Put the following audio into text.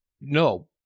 No